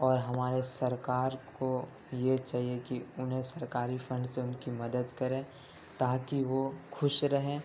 اور ہمارے سرکار کو یہ چاہیے کہ انہیں سرکاری فنڈ سے ان کی مدد کریں تا کہ وہ خوش رہیں